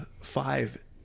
five